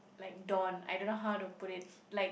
like Dawn I don't know how to put it like